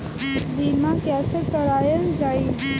बीमा कैसे कराएल जाइ?